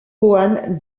juan